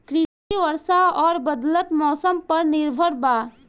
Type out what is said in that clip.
कृषि वर्षा आउर बदलत मौसम पर निर्भर बा